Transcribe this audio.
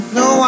no